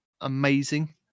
amazing